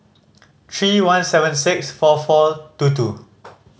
three one seven six four four two two